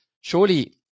surely